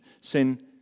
Sin